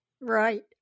Right